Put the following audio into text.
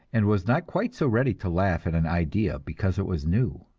and was not quite so ready to laugh at an idea because it was new.